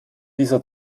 dieser